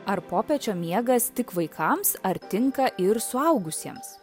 ar popiečio miegas tik vaikams ar tinka ir suaugusiems